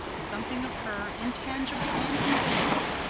something of her, intangible and invisible,